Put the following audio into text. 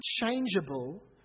unchangeable